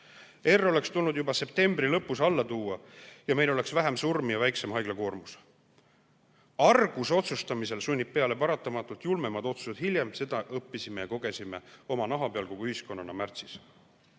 R oleks tulnud juba septembri lõpus alla tuua ja meil oleks vähem surmi ja väiksem haiglakoormus. Argus otsustamisel sunnib paratamatult peale julmemad otsused hiljem, seda õppisime ja kogesime oma naha peal kogu ühiskonnana märtsis.